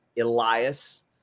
Elias